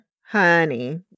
Honey